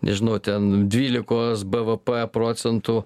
nežinau ten dvylikos b v p procentų